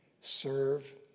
serve